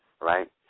right